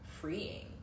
freeing